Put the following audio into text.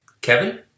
Kevin